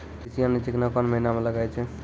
तीसी यानि चिकना कोन महिना म लगाय छै?